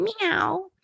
meow